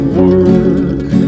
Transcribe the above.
work